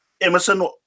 emerson